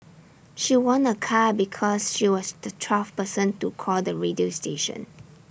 she won A car because she was the twelfth person to call the radio station